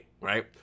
right